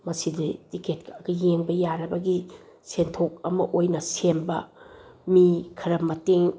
ꯃꯁꯤꯗꯤ ꯇꯤꯛꯀꯦꯠ ꯀꯛꯑꯒ ꯌꯦꯡꯕ ꯌꯥꯔꯕꯒꯤ ꯁꯦꯟꯊꯣꯛ ꯑꯃ ꯑꯣꯏꯅ ꯁꯦꯝꯕ ꯃꯤ ꯈꯔ ꯃꯇꯦꯡ